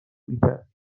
میکرد